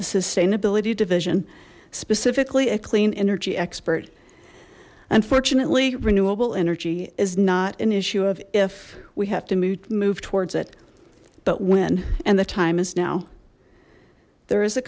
the sustainability division specifically a clean energy expert unfortunately renewable energy is not an issue of if we have to move towards it but when and the time is now there is a